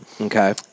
Okay